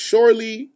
Surely